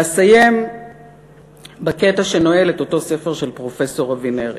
ואסיים בקטע שנועל את אותו ספר של פרופסור אבינרי: